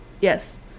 Yes